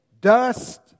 dust